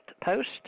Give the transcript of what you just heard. Post